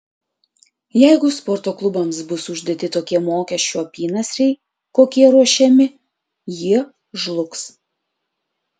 jeigu sporto klubams bus uždėti tokie mokesčių apynasriai kokie ruošiami jie žlugs